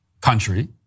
country